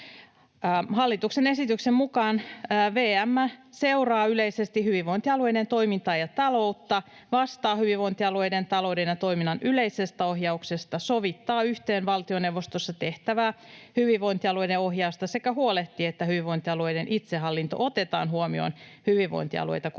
Hallituksen esityksen mukaan VM seuraa yleisesti hyvinvointialueiden toimintaa ja taloutta, vastaa hyvinvointialueiden talouden ja toiminnan yleisestä ohjauksesta, sovittaa yhteen valtioneuvostossa tehtävää hyvinvointialueiden ohjausta sekä huolehtii, että hyvinvointialueiden itsehallinto otetaan huomioon hyvinvointialueita koskevan